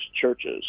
churches